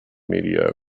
media